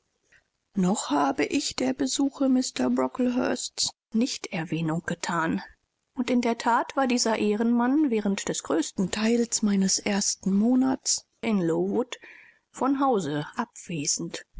noch habe ich der besuche mr brocklehursts nicht erwähnung gethan und in der that war dieser ehrenmann während des größten teils meines ersten monats in lowood von hause abwesend